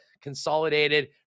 Consolidated